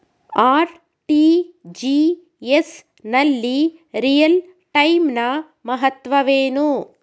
RTGS ನಲ್ಲಿ real time ನ ಮಹತ್ವವೇನು?